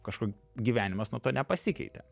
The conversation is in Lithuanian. kažko gyvenimas nuo to nepasikeitė